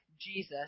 Jesus